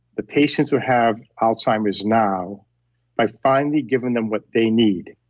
the patients who have alzheimer's now by finally giving them what they need.